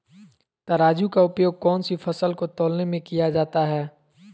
तराजू का उपयोग कौन सी फसल को तौलने में किया जाता है?